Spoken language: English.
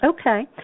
Okay